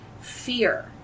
fear